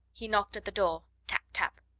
he knocked at the door tap, tap.